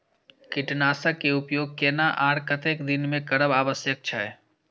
कीटनाशक के उपयोग केना आर कतेक दिन में करब आवश्यक छै?